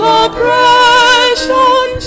oppression